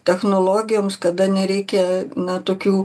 technologijoms kada nereikia na tokių